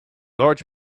large